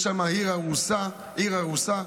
יש שם עיר הרוסה, עיר הרוסה.